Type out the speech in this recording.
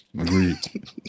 Agreed